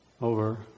over